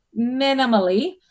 minimally